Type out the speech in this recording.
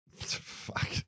Fuck